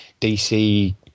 DC